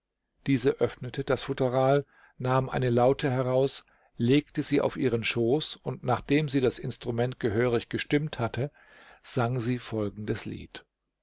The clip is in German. diese öffnete das futteral nahm eine laute heraus legte sie auf ihren schoß und nachdem sie das instrument gehörig gestimmt hatte sang sie folgendes lied